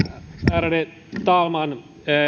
ärade talman